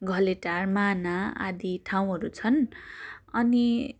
घलेटार माना आदि ठाउँहरू छन् अनि